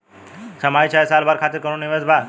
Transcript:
छमाही चाहे साल भर खातिर कौनों निवेश बा का?